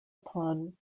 upon